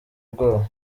ubwoba